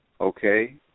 Okay